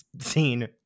scene